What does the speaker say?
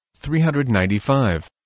395